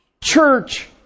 church